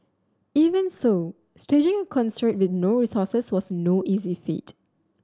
even so staging concert with no resources was no easy feat